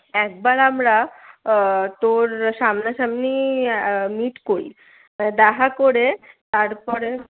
একবার আমারা তোর সামনা সামনি মিট করি দেখা করে তারপরে